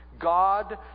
God